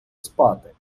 спати